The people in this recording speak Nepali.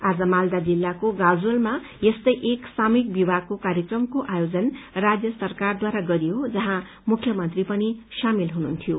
आज मालदा जिल्लाको गाजोलमा यस्तै एक सामुहिक विवाहको कार्यक्रमको आयोजन राज्य सरकारद्वारा गरियो जहाँ मुख्यमन्त्री पनि सामेल हुनुभयो